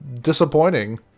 disappointing